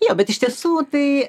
jo bet iš tiesų tai